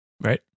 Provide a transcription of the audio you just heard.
Right